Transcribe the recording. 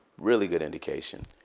really good indication.